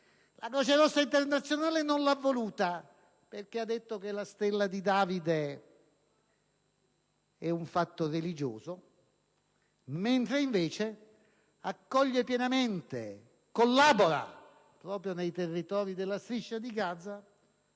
La Croce Rossa internazionale non l'ha voluta, perché la Stella di Davide è un fatto religioso, mentre invece accoglie pienamente e collabora, proprio nei territori della Striscia di Gaza,